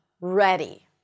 ready